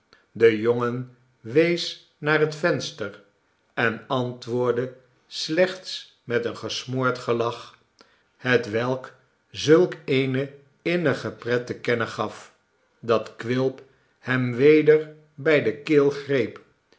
de jongen wees naar het venster en antwoordde slechts met een gesmoord gelach hetwelk zulk eene innige pret te kennen gaf dat quilp hem weder bij de keel greep